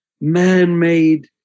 man-made